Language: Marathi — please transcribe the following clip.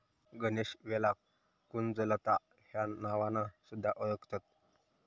गणेशवेलाक कुंजलता ह्या नावान सुध्दा वोळखतत